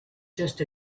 just